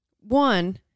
one